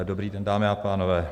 Dobrý den, dámy a pánové.